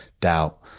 doubt